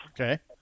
Okay